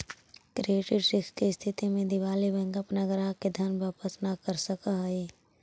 credit risk के स्थिति में दिवालि बैंक अपना ग्राहक के धन वापस न कर सकऽ हई